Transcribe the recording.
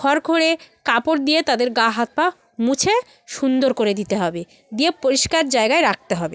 খড়খড়ে কাপড় দিয়ে তাদের গা হাত পা মুছে সুন্দর করে দিতে হবে দিয়ে পরিষ্কার জায়গায় রাখতে হবে